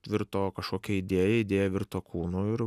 virto kažkokia idėja idėja virto kūnu ir